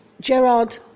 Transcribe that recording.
Gerard